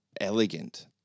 elegant